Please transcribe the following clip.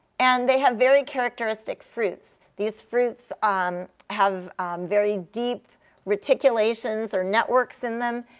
and they have very characteristic fruits. these fruits um have very deep reticulations, or networks, in them.